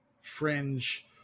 fringe